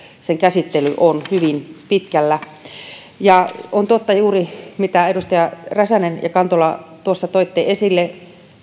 sen käsittely on hyvin pitkällä on totta juuri se mitä edustajat räsänen ja kantola tuossa toitte esille